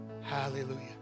Hallelujah